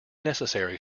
necessary